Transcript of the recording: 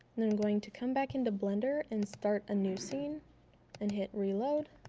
going to come back into blender and start a new scene and hit reload